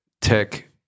Tech